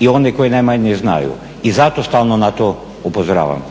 i one koji najmanje znaju. I zato stalno na to upozoravam.